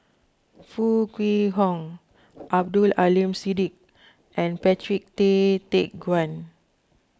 Foo Kwee Horng Abdul Aleem Siddique and Patrick Tay Teck Guan